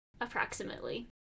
approximately